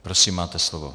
Prosím, máte slovo.